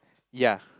ya